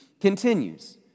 continues